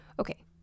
Okay